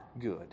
good